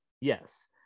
Yes